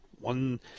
one